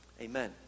Amen